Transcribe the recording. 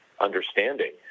understanding